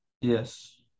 Yes